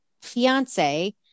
fiance